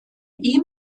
ihm